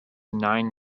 nine